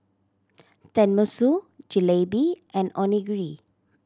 Tenmusu Jalebi and Onigiri